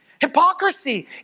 Hypocrisy